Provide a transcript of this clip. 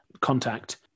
contact